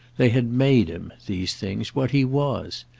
they had made him, these things, what he was,